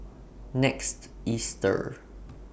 next Easter